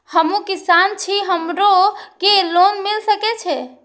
हमू किसान छी हमरो के लोन मिल सके छे?